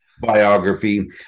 biography